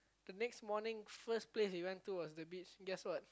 the next morning first place we went to was the beach guess what